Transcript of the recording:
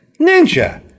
ninja